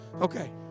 Okay